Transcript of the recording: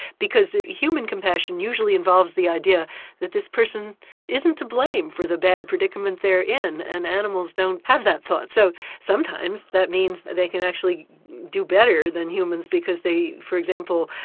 because human compassion usually involves the idea that this person isn't to blame for the bad predicament they're in, and animals don't have that thought. so sometimes that means they can actually do better than humans, because they, for example,